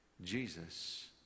Jesus